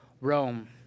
Rome